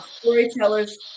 storytellers